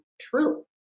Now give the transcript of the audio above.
true